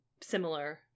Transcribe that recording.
similar